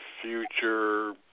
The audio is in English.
future